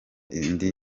indi